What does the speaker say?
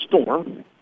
Storm